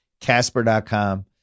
casper.com